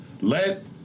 let